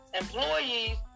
Employees